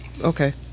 Okay